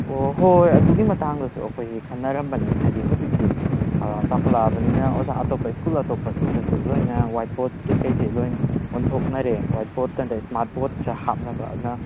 ꯑꯣ ꯍꯣꯏ ꯍꯣꯏ ꯑꯗꯨꯒꯤ ꯃꯇꯥꯡꯗꯁꯨ ꯑꯩꯈꯣꯏꯒꯤ ꯈꯟꯅꯔꯝꯕꯅꯦ ꯍꯥꯏꯗꯤ ꯍꯧꯖꯤꯛꯇꯤ ꯆꯥꯎꯈꯠ ꯂꯛꯑꯕꯅꯤꯅ ꯑꯣꯖꯥ ꯑꯇꯣꯞꯄ ꯁ꯭ꯀꯨꯜ ꯑꯇꯣꯞꯄꯁꯤꯡꯗꯁꯨ ꯂꯣꯏꯅ ꯋꯥꯏꯠ ꯕꯣꯔꯗ ꯀꯩꯀꯩꯁꯦ ꯂꯣꯏ ꯑꯣꯟꯊꯣꯛꯅꯔꯦ ꯋꯥꯏꯠ ꯕꯣꯔꯗ ꯅꯠꯠꯇ꯭ꯔ ꯏꯁꯃꯥꯔꯠ ꯕꯣꯔꯗꯁꯦ ꯍꯥꯞꯅꯕ ꯑꯗꯨꯅ